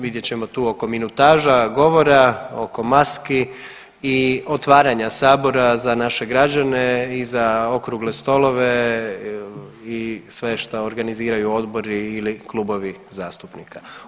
Vidjet ćemo tu oko minutaža, govora, oko maski i otvaranja Sabora za naše građane i za okrugle stolove i sve što organiziraju odbori ili klubovi zastupnika.